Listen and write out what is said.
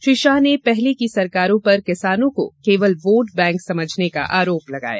श्री शाह ने पहले की सरकारों पर किसानों को केवल वोट बैंक समझने का आरोप लगाया